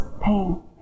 pain